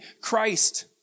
Christ